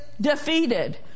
Defeated